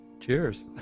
Cheers